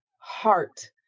heart